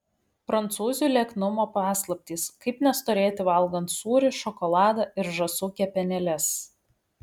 prancūzių lieknumo paslaptys kaip nestorėti valgant sūrį šokoladą ir žąsų kepenėles